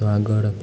તો આગળ